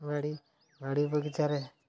ବାଡ଼ି ବଗିଚାରେ